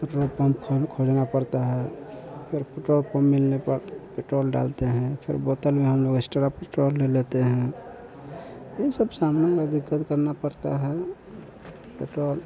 petrol pump खोजना पड़ता है पर पेट्रोल पंप मिलने पर पेट्रोल डालते हैं फिर बोतल में हम लोग एस्ट्रा पेट्रोल ले लेते हैं इन सब सामानों का दिक्कत करना पड़ता है पेट्रोल